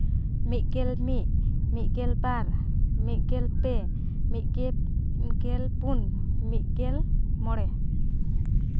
ᱢᱤᱫᱜᱮᱞ ᱢᱤᱫ ᱢᱤᱫᱜᱮᱞ ᱵᱟᱨ ᱢᱤᱫᱜᱮᱞ ᱯᱮ ᱢᱤᱫᱜᱮᱞ ᱯᱩᱱ ᱢᱤᱫᱜᱮᱞ ᱢᱚᱬᱮ